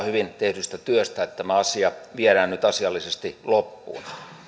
hyvin tehdystä työstä että tämä asia viedään nyt asiallisesti loppuun